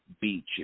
Beach